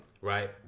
right